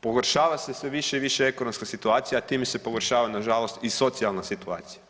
pogoršava se sve više i više ekonomska situacija, a time se pogoršava nažalost i socijalna situacija.